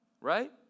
Right